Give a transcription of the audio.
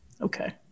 Okay